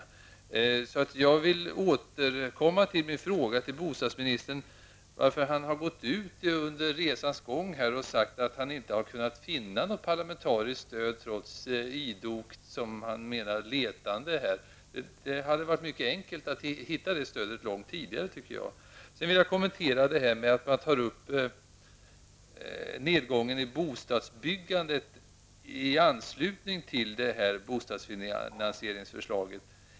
Jag vill återkomma till min fråga till bostadsministern varför han under resans gång gått ut och sagt att han inte har kunnat finna något parlamentariskt stöd, trots idogt, som han säger, letande. Han hade mycket enkelt kunnat få det här stödet långt tidigare. Sedan vill jag kommentera ytterligare en sak. Jag tog upp nedgången av bostadsbyggandet i anslutning till bostadsfinansieringsförslaget.